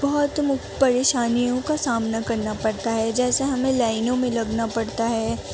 بہت پریشانیوں کا سامنا کرنا پڑتا ہے جیسے ہمیں لائنوں میں لگنا پڑتا ہے